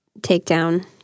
takedown